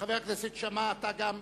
חבר הכנסת שאמה,